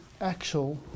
actual